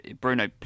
Bruno